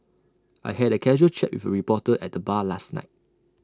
I had A casual chat with A reporter at the bar last night